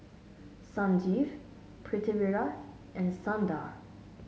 Sanjeev Pritiviraj and Sundar